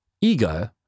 Ego